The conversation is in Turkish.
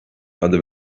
adı